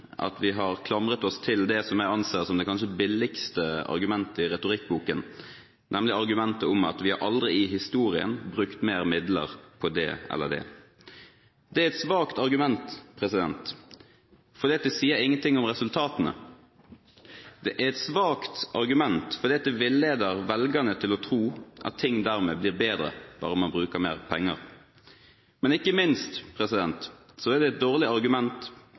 at vi har klamret oss til det som jeg anser som det kanskje billigste argumentet i retorikkboken, nemlig argumentet om at vi aldri i historien har brukt mer midler på det eller det. Det er et svakt argument, for det sier ingenting om resultatene. Det er et svakt argument, fordi det villeder velgerne til å tro at ting dermed blir bedre når man bruker mer penger. Men ikke minst er det et dårlig argument